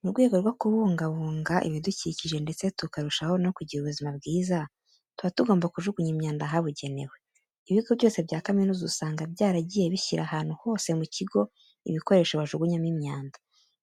Mu rwego rwo kubungabunga ibidukikije ndetse tukarushaho no kugira ubuzima bwiza, tuba tugomba kujugunya imyanda ahabugenewe. Ibigo byose bya kaminuza, usanga byaragiye bishyira ahantu hose mu kigo ibikoresho bajugunyamo imyanda,